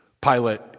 Pilate